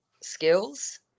skills